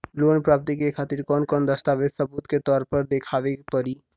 Loan प्राप्ति के खातिर कौन कौन दस्तावेज सबूत के तौर पर देखावे परी?